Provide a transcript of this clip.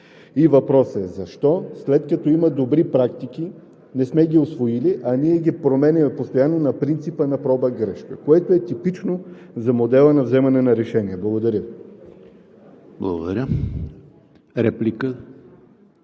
И въпросът е: защо, след като има добри практики, не сме ги усвоили, а ние ги променяме постоянно на принципа на проба грешка, което е типично за модела на вземане на решения. Благодаря Ви.